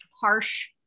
harsh